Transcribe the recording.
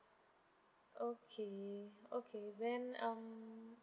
okay okay then um